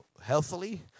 healthily